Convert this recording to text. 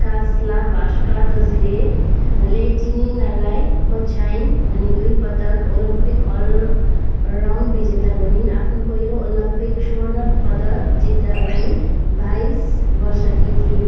कास्लाभास्का जसले ल्याटिनिनालाई पछ्याइन् अनि दुईपटक ओलम्पिक अल अराउन्ड विजेता बनिन् आफ्नो पहिलो ओलम्पिक स्वर्ण पदक जित्दा उनी बाइस वर्षकी थिइन्